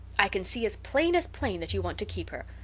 i can see as plain as plain that you want to keep her.